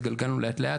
התגלגלנו לאט לאט,